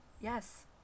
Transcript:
Yes